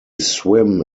swim